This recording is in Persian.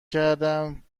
کردم